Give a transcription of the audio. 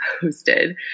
posted